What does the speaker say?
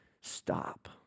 Stop